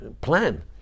plan